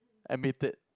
admit it